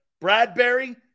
Bradbury